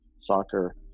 Soccer